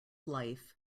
life